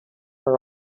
are